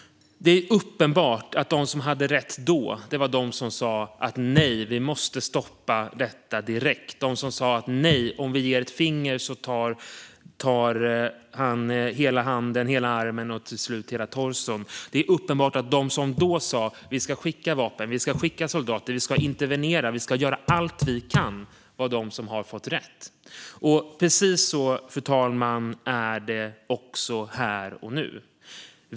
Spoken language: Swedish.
Det är dock uppenbart att de som hade rätt då var de som sa: "Nej, vi måste stoppa detta direkt. Ger vi ett finger tar Hitler hela handen, hela armen och till slut hela torson." Det är uppenbart att de som då sa att de skulle skicka vapen och soldater, intervenera och göra allt de kunde hade rätt. Fru talman! Precis så är det också här och nu.